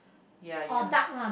ya ya